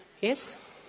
Yes